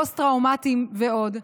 פוסט-טראומטיים ועוד.